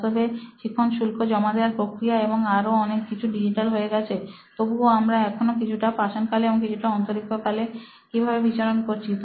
বাস্তবে শিক্ষণ শুল্ক জমা করার প্রক্রিয়া এবং আরও অনেক কিছু ডিজিটাল হয়ে গেছে তবুও আমরা এখনো কিছুটা পাষাণ কালে এবং কিছুটা অন্তরীক্ষ কালে কিভাবে বিচরণ করছি